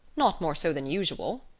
not more so than usual,